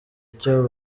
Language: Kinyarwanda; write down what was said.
icyo